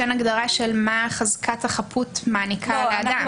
שאין הגדרה של מה חזקת החפות מעניקה לאדם.